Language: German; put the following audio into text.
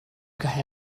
geier